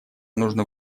нужно